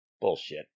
Bullshit